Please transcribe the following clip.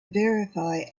verify